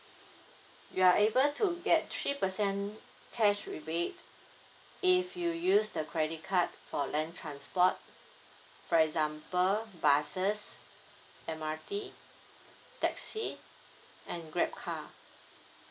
you're able to get three percent cash rebate if you use the credit card for land transport for example buses M_R_T taxi and grab car